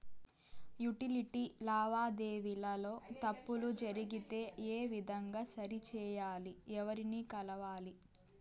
Utility లావాదేవీల లో తప్పులు జరిగితే ఏ విధంగా సరిచెయ్యాలి? ఎవర్ని కలవాలి?